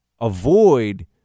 avoid